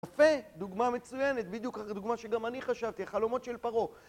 יפה, דוגמה מצוינת, בדיוק זו דוגמה שגם אני חשבתי, חלומות של פרעה.